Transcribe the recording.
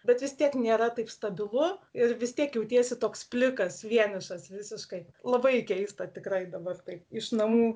bet vis tiek nėra taip stabilu ir vis tiek jautiesi toks plikas vienišas visiškai labai keista tikrai dabar taip iš namų